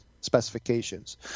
specifications